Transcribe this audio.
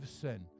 sin